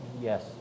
Yes